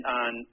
on